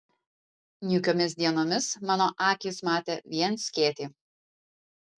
niūkiomis dienomis mano akys matė vien skėtį